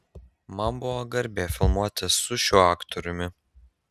man buvo garbė filmuotis su šiuo aktoriumi